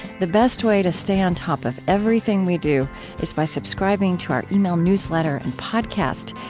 the best way to stay on top of everything we do is by subscribing to our email newsletter and podcast.